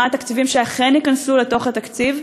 מה התקציבים שאכן ייכנסו לתקציב?